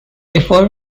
before